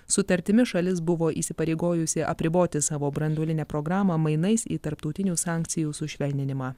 sutartimi šalis buvo įsipareigojusi apriboti savo branduolinę programą mainais į tarptautinių sankcijų sušvelninimą